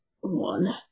one